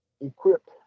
equipped